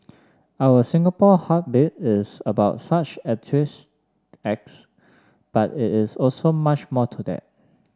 our Singapore Heartbeat is about such acts but it is also much more to that